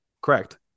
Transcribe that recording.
Correct